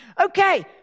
Okay